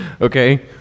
Okay